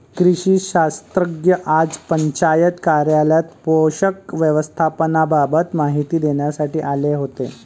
कृषी शास्त्रज्ञ आज पंचायत कार्यालयात पोषक व्यवस्थापनाबाबत माहिती देण्यासाठी आले होते